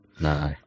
No